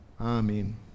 Amen